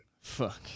Fuck